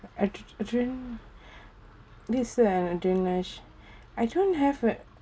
adr~ adrenaline this um adrenaline rush I don't have it